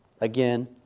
Again